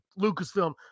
Lucasfilm